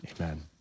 Amen